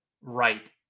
right